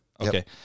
Okay